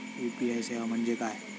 UPI सेवा म्हणजे काय?